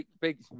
Big